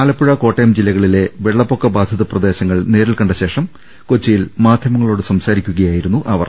ആലപ്പുഴ കോട്ടയം ജില്ലകളിലെ വെള്ള പ്പൊക്കബാധിത പ്രദേശങ്ങൾ നേരിൽ കണ്ട ശേഷം കൊച്ചി യിൽ മാധ്യമങ്ങളോട് സംസാരിക്കുകയായിരുന്നു അവർ